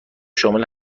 شامل